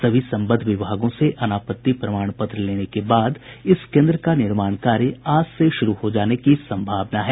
सभी सम्बद्ध विभागों से अनापत्ति प्रमाण पत्र लेने के बाद इस केन्द्र का निर्माण कार्य आज से शुरू हो जाने की सम्भावना है